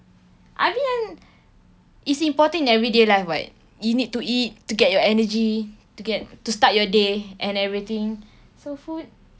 I mean kan it's important in everyday life [what] you need to eat to get your energy to get to start your day and everything so food